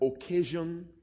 occasion